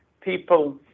people